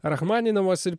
rachmaninovas ir